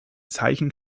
zeichen